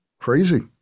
Crazy